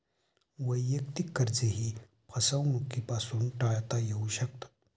वैयक्तिक कर्जेही फसवणुकीपासून टाळता येऊ शकतात